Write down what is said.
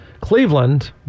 Cleveland